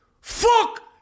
Fuck